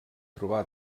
trobar